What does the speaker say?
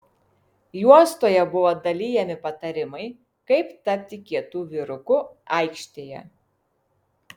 juostoje buvo dalijami patarimai kaip tapti kietu vyruku aikštėje